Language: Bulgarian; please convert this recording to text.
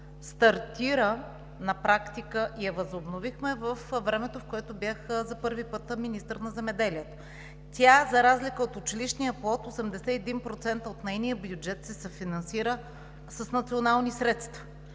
практика стартира и я възобновихме във времето, в което бях за първи път министър на земеделието. За разлика от „Училищния плод“, 81% от нейния бюджет се съфинансира с национални средства.